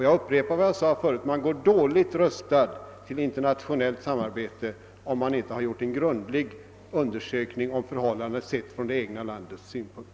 Jag upprepar vad jag sade förut: man går dåligt rustad till internationellt samarbete, om man inte har gjort en grundlig undersökning om förhållandena, sedda från det egna landets synpunkt.